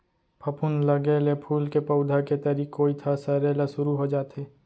फफूंद लगे ले फूल के पउधा के तरी कोइत ह सरे ल सुरू हो जाथे